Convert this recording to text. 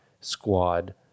squad